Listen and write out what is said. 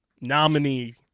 nominee